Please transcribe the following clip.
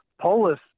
Polis